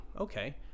okay